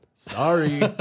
Sorry